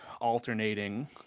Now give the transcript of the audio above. alternating